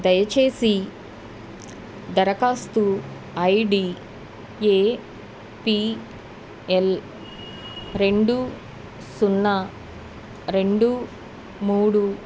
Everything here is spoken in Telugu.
దయచేసి దరఖాస్తు I D A P L రెండు సున్నా రెండు మూడు